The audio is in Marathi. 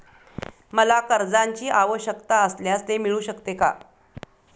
मला कर्जांची आवश्यकता असल्यास ते मिळू शकते का?